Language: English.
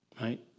right